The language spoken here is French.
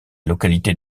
localité